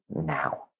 now